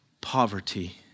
poverty